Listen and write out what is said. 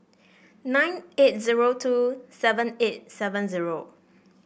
nine eight zero two seven eight seven zero